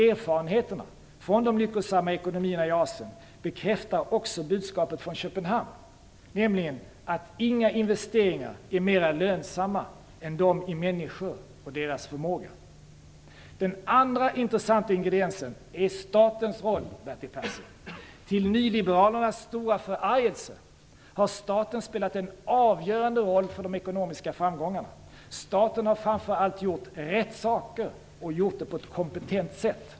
Erfarenheterna från de lyckosamma ekonomierna i Asien bekräftar också budskapet från Köpenhamn, nämligen att inga investeringar är mer lönsamma än de i människor och deras förmåga. Den andra intressanta ingrediensen är statens roll, Bertil Persson. Till nyliberalernas stora förargelse har staten spelat en avgörande roll för de ekonomiska framgångarna. Staten har framför allt gjort rätt saker på ett kompetent sätt.